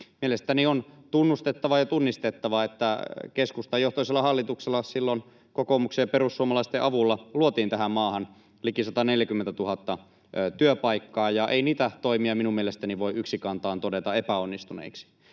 mielestäni on tunnustettava ja tunnistettava, että keskustajohtoisella hallituksella silloin kokoomuksen ja perussuomalaisten avulla luotiin tähän maahan liki 140 000 työpaikkaa, ja ei niitä toimia minun mielestäni voi yksikantaan todeta epäonnistuneiksi.